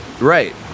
right